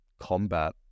combat